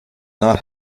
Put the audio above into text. not